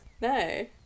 No